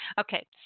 okay